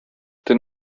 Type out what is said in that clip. denn